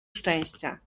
szczęścia